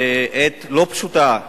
בעת לא פשוטה,